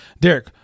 Derek